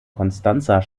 konstanzer